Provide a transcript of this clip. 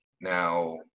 now